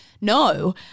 no